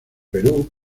perú